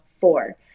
four